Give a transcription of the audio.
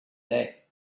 day